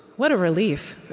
what a relief.